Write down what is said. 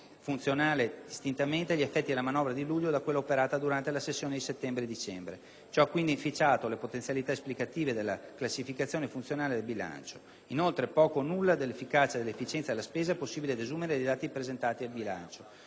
funzionale, distintamente gli effetti della manovra di luglio da quella operata durante la sessione di settembre-dicembre. Ciò ha quindi inficiato le potenzialità esplicative della classificazione funzionale del bilancio. Inoltre, poco o nulla dell'efficacia e dell'efficienza della spesa è possibile desumere dai dati presentati in bilancio.